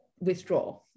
withdraw